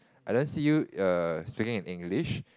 I don't see you err speaking in English